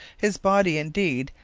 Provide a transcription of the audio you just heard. his body, indeed,